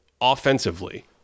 offensively